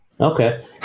Okay